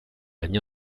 año